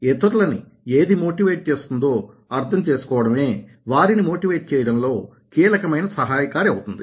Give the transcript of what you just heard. ఇతరులని ఏది మోటివేట్ చేస్తుందో అర్థం చేసుకోవడమే వారిని మోటివేట్ చేయడంలో కీలకమైన సహాయకారి అవుతుంది